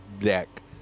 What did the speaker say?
deck